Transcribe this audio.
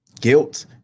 Guilt